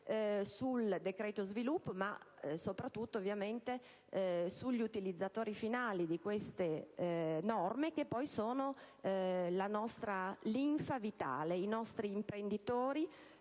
sul decreto sviluppo, ma soprattutto sugli utilizzatori finali di queste norme, che poi sono la nostra linfa vitale: i nostri imprenditori,